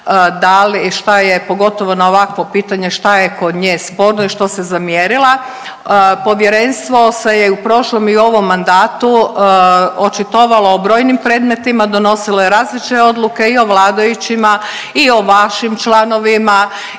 da li, šta je, pogotovo na ovakvo pitanje šta je kod nje sporno i što se zamjerila. Povjerenstvo se je u prošlom i u ovom mandatu očitovalo o brojnim predmetima, donosilo je različite odluke i o vladajućima i o vašim članovima